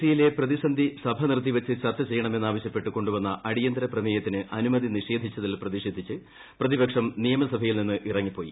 C യിലെ പ്രതിസന്ധി സഭ നിർത്തിവച്ച് ചർച്ച ചെയ്യണമെന്ന് ആവശ്യപ്പെട്ട് കൊണ്ടുവന്ന അടിയന്തരപ്രമേയത്തിന് അനുമതി നിഷേധിച്ചതിൽ ്രതിഷേധിച്ച് പ്രതിപക്ഷം നിയമസഭയിൽ നിന്ന് ഇറങ്ങിപ്പോയി